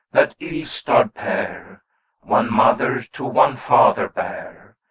that ill-starred pair one mother to one father bare,